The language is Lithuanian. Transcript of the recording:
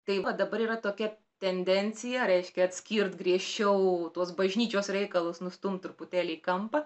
tai va dabar yra tokia tendencija reiškia atskirt griežčiau tuos bažnyčios reikalus nustumt truputėlį į kampą